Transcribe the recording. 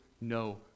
no